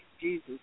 Jesus